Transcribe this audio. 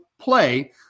play